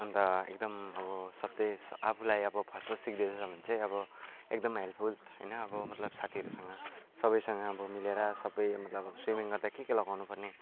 अन्त एकदम अब सबै आफूलाई अब फर्स्ट फर्स्ट सिक्दैछ छ भने चाहिँ अब एकदम हेल्पफुल होइन अब मतलब साथीहरूसँग सबसँग अब मिलेर सबै मतलब सुइमिङ गर्दा के के लगाउनु पर्ने